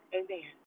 amen